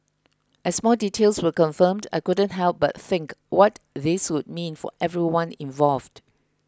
as more details were confirmed I couldn't help but think what this would mean for everyone involved